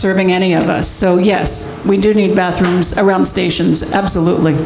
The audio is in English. serving any of us so yes we do need bathrooms around the stations absolutely